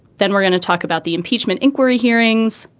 then we're going to talk about the impeachment inquiry hearings.